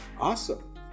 Awesome